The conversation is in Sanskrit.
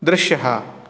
दृश्यः